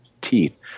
teeth